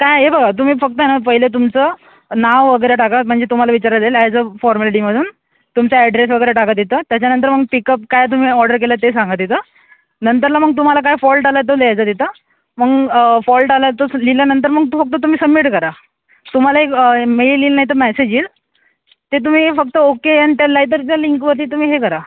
काय ए बं तुम्ही फक्त आहे ना पहिले तुमचं नाव वगैरे टाका म्हणजे तुम्हाला विचारायला येईल ॲज अ फॉरमॅलिटी म्हणून तुमचा ॲड्रेस वगैरे टाका तिथं त्याच्यानंतर मग पिकअप काय तुम्ही ऑडर केलं आहे ते सांगा तिथं नंतर ना मग तुम्हाला काय फॉल्ट आला आहे तो लिहायचा तिथं मग फॉल्ट आला आहे तस लिहिल्यानंतर मग तो फक्त तुम्ही सबमिट करा तुम्हाला एक मेल येईल नाहीतर मॅसेज येईल ते तुम्ही फक्त ओके ॲन टेल लायदर त्या लिंकवरती तुम्ही हे करा